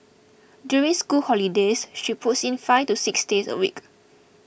during school holidays she puts in five to six days a week